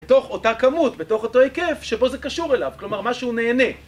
בתוך אותה כמות, בתוך אותו היקף שבו זה קשור אליו, כלומר מה שהוא נהנה.